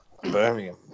Birmingham